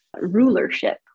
rulership